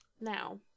now